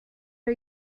are